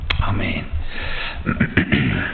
Amen